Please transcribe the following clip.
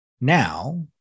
now